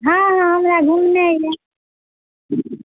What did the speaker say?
हँ हँ हमरा घुमनाइ यऽ